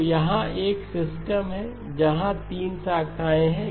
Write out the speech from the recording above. तो यहाँ एक सिस्टम है जहाँ 3 शाखाएँ हैं